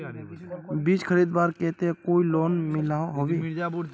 बीज खरीदवार केते कोई लोन मिलोहो होबे?